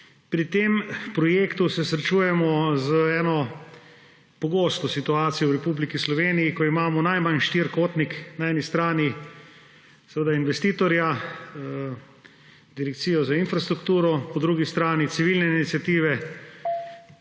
Pri tem projektu se srečujemo z eno pogosto situacijo v Republiki Sloveniji, ko imamo najmanj štirikotnik, na eni strani seveda investitorja Direkcijo za infrastrukturo, po drugi strani civilne iniciative,